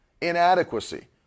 inadequacy